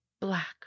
black